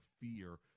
fear